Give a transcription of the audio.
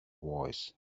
voice